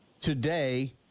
today